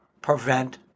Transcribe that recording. prevent